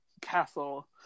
castle